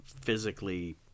physically